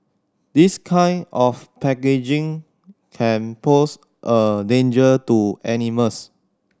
this kind of packaging can pose a danger to animals